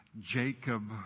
Jacob